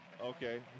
Okay